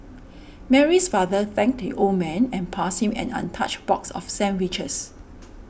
Mary's father thanked the old man and passed him an untouched box of sandwiches